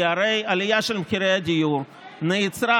כי הרי העלייה של מחירי הדיור נעצרה